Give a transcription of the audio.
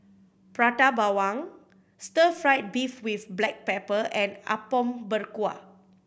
Prata Bawang stir fried beef with black pepper and Apom Berkuah